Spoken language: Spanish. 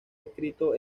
escrito